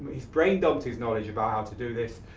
he's brain-dumped his knowledge about how to do this,